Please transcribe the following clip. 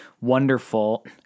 wonderful